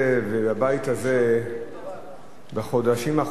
הבית הזה בחודשים האחרונים,